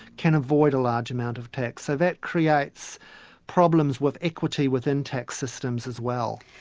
can avoid a large amount of tax. so that creates problems with equity within tax systems as well.